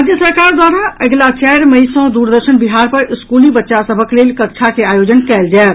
राज्य सरकार द्वारा अगिला चारि मई सँ दूरदर्शन बिहार पर स्कूली बच्चा सबहक लेल कक्षा के आयोजन कयल जायत